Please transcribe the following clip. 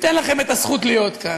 ניתן לכם את הזכות להיות כאן.